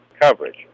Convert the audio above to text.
coverage